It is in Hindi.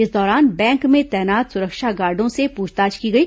इस दौरान बैंक में तैनात सुरक्षा गार्डो से पूछताछ की गई